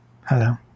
hello